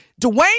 Dwayne